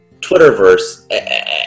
Twitterverse